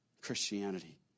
Christianity